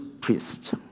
priest